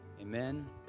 Amen